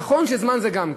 נכון שזמן זה גם כסף,